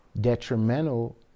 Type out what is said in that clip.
detrimental